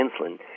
insulin